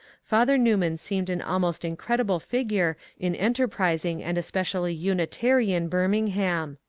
father newman seemed an almost incredible figure in enterprising and especially unitarian birmingham.